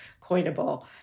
coinable